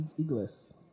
Igles